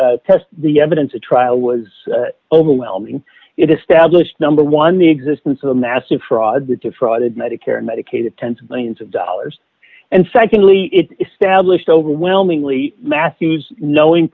test the evidence the trial was overwhelming it established number one the existence of a massive fraud that defrauded medicare medicaid of tens of millions of dollars and secondly it established overwhelmingly matthys knowing